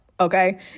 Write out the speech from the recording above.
Okay